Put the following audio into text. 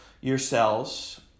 yourselves